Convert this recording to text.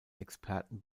experten